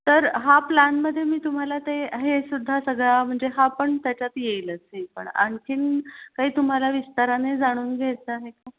तर हा प्लॅनमध्ये मी तुम्हाला ते हेसुद्धा सगळा म्हणजे हा पण त्याच्यात येईलच हे पण आणखीन काही तुम्हाला विस्ताराने जाणून घ्यायचं आहे का